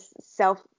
self